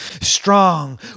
strong